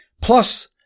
Plus